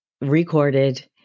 recorded